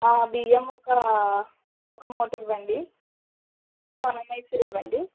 ఆ బియ్యం ఒకా ఒక మూట ఇవ్వండి సోనా మైసూర్ ఇవ్వండి